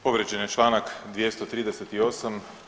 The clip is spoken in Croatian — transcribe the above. Povrijeđen je članak 238.